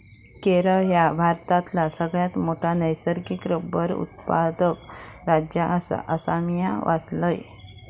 केरळ ह्या भारतातला सगळ्यात मोठा नैसर्गिक रबर उत्पादक राज्य आसा, असा म्या वाचलंय